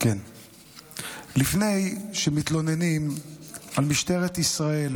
לפני שמתלוננים על משטרת ישראל